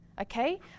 okay